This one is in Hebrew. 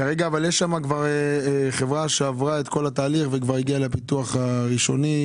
כרגע יש שם חברה שעברה את כל התהליך והגיעה לפיתוח הראשוני.